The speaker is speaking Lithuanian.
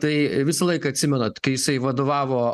tai visąlaik atsimenat kai jisai vadovavo